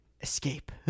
Escape